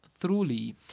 truly